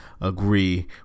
agree